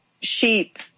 Sheep